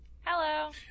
Hello